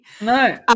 No